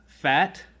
fat